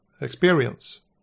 experience